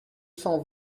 cent